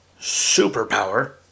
superpower